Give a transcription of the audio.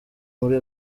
muri